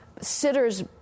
sitter's